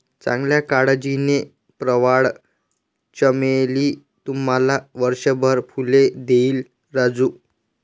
चांगल्या काळजीने, प्रवाळ चमेली तुम्हाला वर्षभर फुले देईल राजू